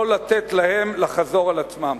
לא לתת להם לחזור על עצמם.